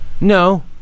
No